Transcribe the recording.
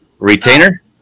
Retainer